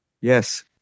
yes